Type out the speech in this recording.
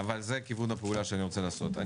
אבל זה כיוון הפעולה שאני רוצה לעשות.